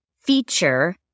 feature